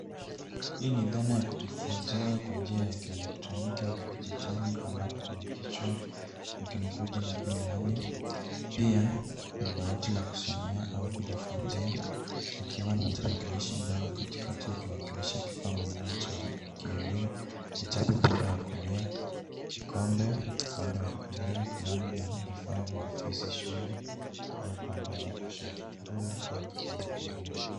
Hii ni dhana ya kujifunzia kwa njia ya kielektroniki au kidijitali ambapo kuna kichwa ukinukuu jina e-learning . Pia kuna dawati la kusomea au kujifunzia likiwa na tarakilishi ndogo katikati iiwakilisha kifaa muhimu kwa kielimu, vitabu upande wa kulia, vikombe upande wa kulia, kalamu na vifaa vya ofisi shule upande wa kushoto, rula au kipimo kingine.